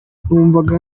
numvaga